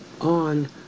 on